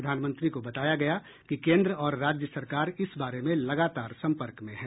प्रधानमंत्री को बताया गया कि केंद्र और राज्य सरकार इस बारे में लगातार सम्पर्क में हैं